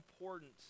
important